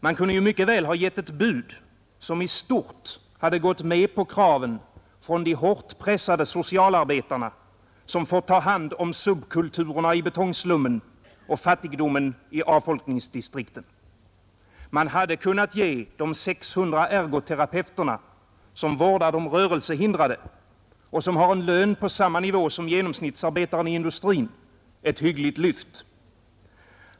Man kunde mycket väl ha gett ett bud, som i stort hade tillgodosett kraven från de hårt pressade socialarbetarna, som får ta hand om subkulturerna i betongslummen och fattigdomen i avfolkningsdistrikten. Man hade kunnat ge de 600 ergoterapeuterna, som vårdar de rörelsehindrade och som har en lön på samma nivå som genomsnittsarbetaren i industrin, ett hyggligt lyft.